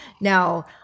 Now